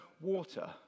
water